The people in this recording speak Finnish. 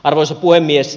arvoisa puhemies